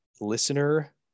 Listener